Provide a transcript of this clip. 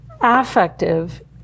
Affective